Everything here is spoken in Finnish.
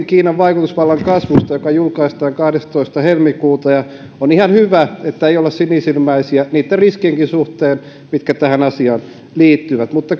kiinan vaikutusvallan kasvusta raportin joka julkaistaan kahdestoista helmikuuta on ihan hyvä ettei olla sinisilmäisiä niitten riskienkään suhteen mitkä tähän asiaan liittyvät mutta